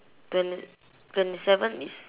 twen~ twenty seven is